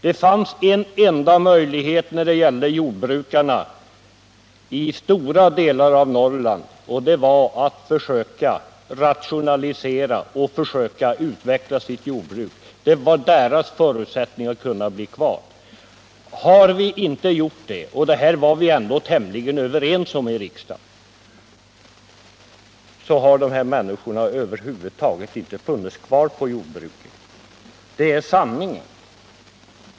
Det fanns en enda möjlighet när det gällde jordbrukarna i stora delar av Norrland: att försöka rationalisera och utveckla sitt jordbruk. Det var förutsättningen för att de skulle bli kvar. Hade man inte rationaliserat — och det här var vi tämligen överens om i riksdagen — så hade dessa människor över huvud taget inte funnits kvar i jordbruket. Det är sanningen.